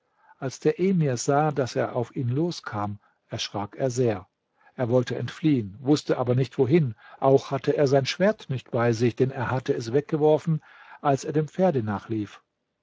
als der emir sah daß er auf ihn loskam erschrak er sehr er wollte entfliehen wußte aber nicht wohin auch hatte er sein schwert nicht bei sich denn er hatte es weggeworfen als er dem pferde nachlief